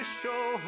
show